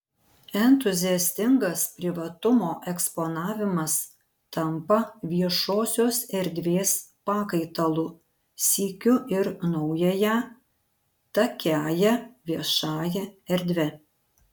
entuziastingas privatumo eksponavimas tampa viešosios erdvės pakaitalu sykiu ir naująją takiąja viešąja erdve